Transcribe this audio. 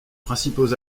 principaux